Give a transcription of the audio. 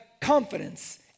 confidence